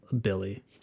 Billy